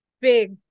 big